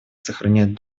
сохранять